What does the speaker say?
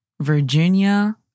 Virginia